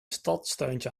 stadstuintje